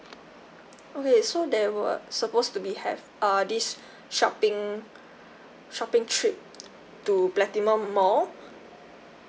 okay so there were supposed to be have uh this shopping shopping trip to platinum mall